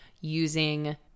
using